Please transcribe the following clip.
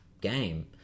game